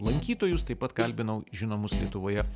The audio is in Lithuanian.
lankytojus taip pat kalbinau žinomus lietuvoje